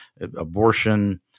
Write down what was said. abortion